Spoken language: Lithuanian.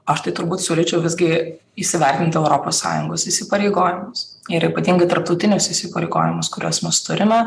aš tai turbūt siūlyčiau visgi įsivertinti europos sąjungos įsipareigojimus ir ypatingai tarptautinius įsipareigojimus kuriuos mes turime